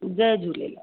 Jay Jhulelal